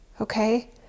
Okay